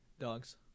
Dogs